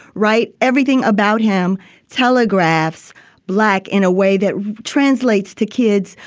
right. everything about him telegraphs black in a way that translates to kids.